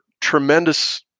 tremendous